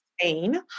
Spain